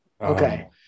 Okay